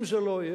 אם זה לא יהיה,